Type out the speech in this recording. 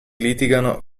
litigano